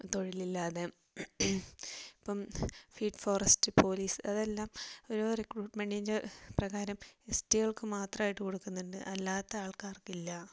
തൊഴിലില്ലാതെ ഇപ്പം ബീ ഇറ്റ് ഫോറസ്റ്റ് പോലീസ് അതെല്ലാം ഓരോ റിക്രൂട്ട്മെൻറ്റിൻ്റെ പ്രകാരം എസ്റ്റികൾക്കു മാത്രമായിട്ടു കൊടുക്കുന്നുണ്ട് അല്ലാത്ത ആൾകാർക്കില്ല